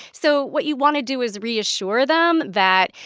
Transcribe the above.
so what you want to do is reassure them that,